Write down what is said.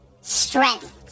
Strength